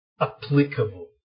applicable